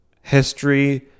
history